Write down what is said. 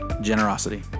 generosity